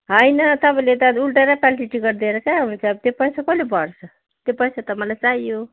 होइन तपाईँले त उल्टा र पाल्टी टिकट दिएर कहाँ हुन्छ त्यो पैसा कसले भर्छ त्यो पैसा त मलाई चाहियो